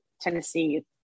tennessee